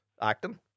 acting